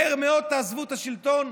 שמהר מאוד תעזבו את השלטון,